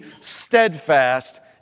steadfast